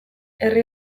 herri